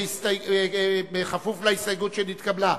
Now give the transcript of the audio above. כפוף להסתייגות שנתקבלה,